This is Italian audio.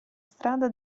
strada